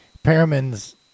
Perriman's